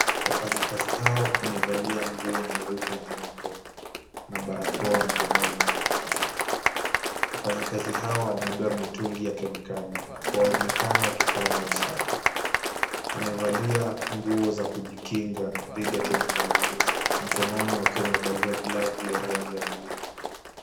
Wafanyi kazi hao wamevalia nguo nyeupe nyeupe, na barakoa mdomoni. Wafanyi kazi hao wamebeba mitungi ya kemikali. Wanaonekana wakifanya usafi. Wamevalia nguo za kujikinga, dhidi ya kemikali hizo. Mkononi wakiwa wamevalia glavu ya rangi ya bluu.